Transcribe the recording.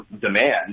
demand